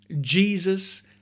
Jesus